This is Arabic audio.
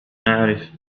أعرف